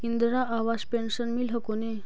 Indira Awas pension मिल हको ने?